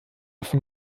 von